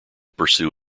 pursue